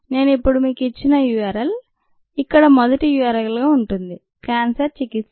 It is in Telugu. నేను ఇప్పుడే మీకు ఇచ్చిన URL ఇక్కడ మొదటి URL గా ఉంటుంది క్యాన్సర్ చికిత్స